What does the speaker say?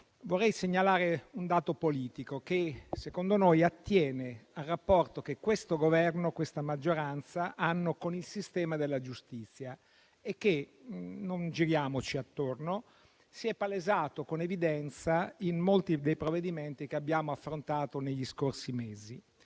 vorrei segnalare un dato politico che - secondo noi - attiene al rapporto che questo Governo, questa maggioranza, hanno con il sistema della giustizia e che - non giriamoci attorno - si è palesato con evidenza in molti dei provvedimenti che abbiamo affrontato negli scorsi mesi,